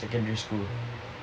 secondary school